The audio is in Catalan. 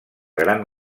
gran